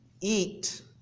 eat